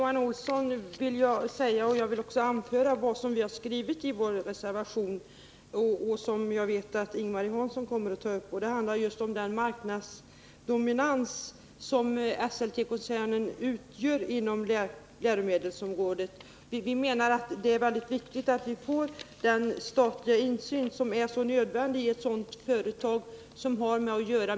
Herr talman! Vi har i vår reservation påpekat att Esselte har en dominerande ställning inom ett så viktigt område som läromedelsproduktionen och att det därför är viktigt att staten får insyn i företaget.